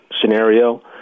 scenario